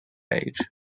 age